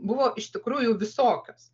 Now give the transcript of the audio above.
buvo iš tikrųjų visokios